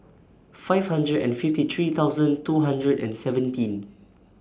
five hundred and fifty three thousand two hundred and seventeen